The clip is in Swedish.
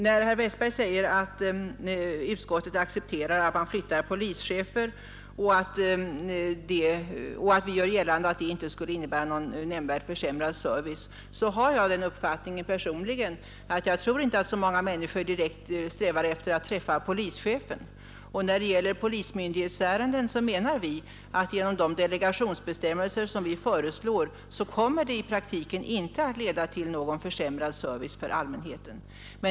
Herr Westberg säger att utskottsmajoriteten accepterar att man flyttar på polischefer och att vi gör gällande att det inte skulle innebära någon nämnvärt försämrad service. Ja, jag har personligen den uppfattningen att det inte är så många människor som direkt strävar efter att träffa just polischefen. När det gäller polismyndighetsärenden menar vi att reformen genom de delegationsbestämmelser som vi föreslår i praktiken inte kommer att leda till försämrad service för allmänheten.